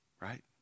Right